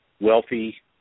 wealthy